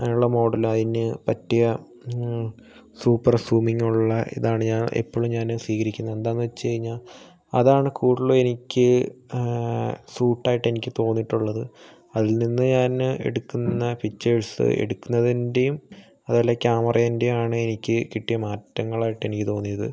അങ്ങിനെ ഉള്ള മോഡൽ അതിന് പറ്റിയ സൂപ്പർ സൂമിങ് ഉള്ള ഇതാണ് ഞാൻ എപ്പോളും ഞാൻ സ്വീകരിക്കുന്നത് എന്താണെന്ന് വെച്ച് കഴിഞ്ഞ അതാണ് കൂടുതലും എനിക്ക് സൂട്ട് ആയിട്ട് എനിക്ക് തോന്നിയിട്ടുള്ളത് അതിൽ നിന്ന് ഞാൻ എടുക്കുന്ന പിക്ചേഴ്സ് എടുക്കുന്നതിൻ്റെയും അതുപോലെ ക്യാമറൻ്റെയും ആണ് കിട്ടിയ മാറ്റങ്ങൾ ആയിട്ട് എനിക്ക് തോന്നിയത്